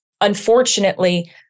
unfortunately